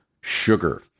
sugar